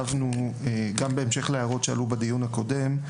גם בהמשך להערות שעלו בדיון הקודם,